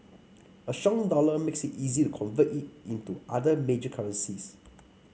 a strong dollar makes it easier to convert in into other major currencies